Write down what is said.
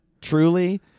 truly